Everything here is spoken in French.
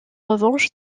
revanche